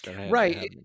right